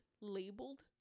labeled